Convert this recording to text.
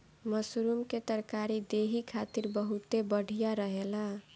mushroom के तरकारी देहि खातिर बहुते बढ़िया रहेला